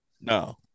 No